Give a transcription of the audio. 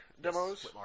demos